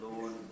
Lord